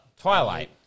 Twilight